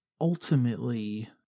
ultimately